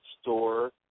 store